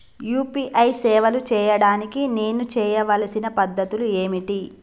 UPI సేవలు చేయడానికి నేను చేయవలసిన పద్ధతులు ఏమిటి?